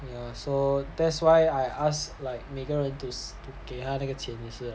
yeah so that's why I ask like 每个人给十给他那个钱也是 ah